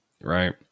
right